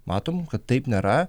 matom kad taip nėra